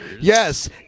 Yes